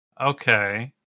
Okay